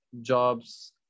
jobs